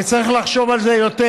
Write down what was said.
וצריך לחשוב על זה יותר.